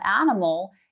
animal